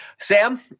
Sam